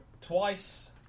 twice